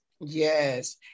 Yes